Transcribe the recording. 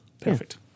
Perfect